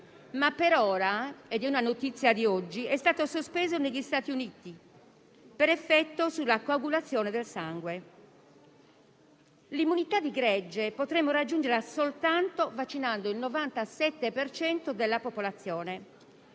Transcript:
ma per ora - è notizia di oggi - è stato sospeso negli Stati Uniti per gli effetti sulla coagulazione del sangue. L'immunità di gregge potremmo raggiungerla soltanto vaccinando il 97 per cento della popolazione.